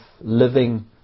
living